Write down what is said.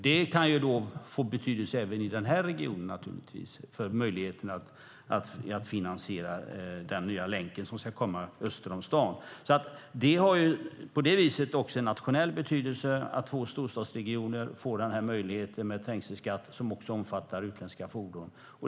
Det kan få betydelse även i den här regionen för finansieringen av den nya länken öster om staden. Det har en nationell betydelse att två storstadsregioner får möjlighet till en trängselskatt som också omfattar utländska fordon.